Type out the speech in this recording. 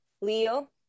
Leo